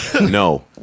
No